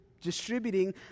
distributing